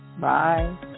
Bye